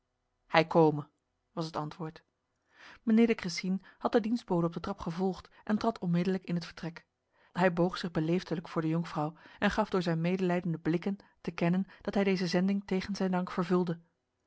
hij kome was het antwoord mijnheer de cressines had de dienstbode op de trap gevolgd en trad onmiddellijk in het vertrek hij boog zich beleefdelijk voor de jonkvrouw en gaf door zijn medelijdende blikken te kennen dat hij deze zending tegen zijn dank vervulde